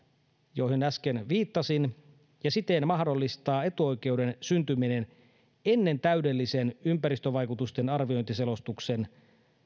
johon äsken viittasin ja siten mahdollistaa etuoikeuden syntyminen ennen täydellisen ympäristövaikutusten arviointiselostuksen